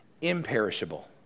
imperishable